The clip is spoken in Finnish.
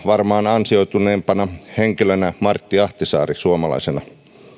varmaan ansioituneimpana henkilönä on martti ahtisaari